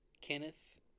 Kenneth